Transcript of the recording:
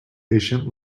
patient